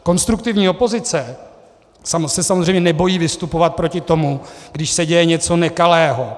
Konstruktivní opozice se samozřejmě nebojí vystupovat proti tomu, když se děje něco nekalého.